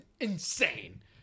insane